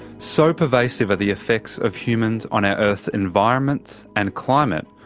so pervasive are the effects of humans on our earth's environments and climate,